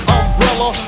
umbrella